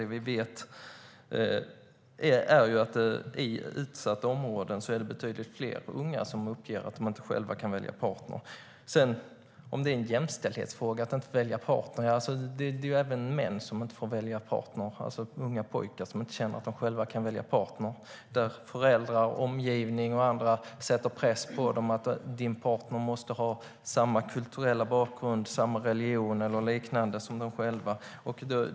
Det vi vet är att i utsatta områden är det betydligt fler unga som uppger att de inte själva kan välja partner. När det gäller om det är en jämställdhetsfråga att inte få välja partner finns det även män som inte får välja partner, alltså unga pojkar som inte känner att de själva kan välja partner. Föräldrar och andra i omgivningen sätter press på dem att partnern måste ha samma kulturella bakgrund, samma religion eller liknande som de själva.